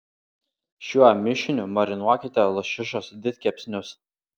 šiuo mišiniu marinuokite lašišos didkepsnius